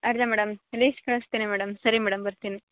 madam list ಕಳಿಸ್ತೀನಿ madam ಸರಿ madam ಬರ್ತೀನಿ